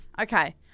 Okay